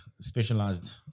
specialized